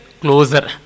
closer